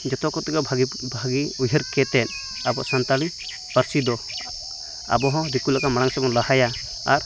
ᱡᱚᱛᱚ ᱠᱚᱛᱮᱜᱮ ᱵᱷᱟᱹᱜᱤ ᱵᱷᱟᱹᱜᱤ ᱩᱭᱦᱟᱹᱨ ᱠᱮᱛᱮᱫ ᱟᱵᱚ ᱥᱟᱱᱛᱟᱞᱤ ᱯᱟᱹᱨᱥᱤ ᱫᱚ ᱟᱵᱚ ᱦᱚᱸ ᱫᱤᱠᱩ ᱞᱮᱠᱟ ᱢᱟᱲᱟᱝ ᱥᱮᱫ ᱵᱚᱱ ᱞᱟᱦᱟᱭᱟ ᱟᱨ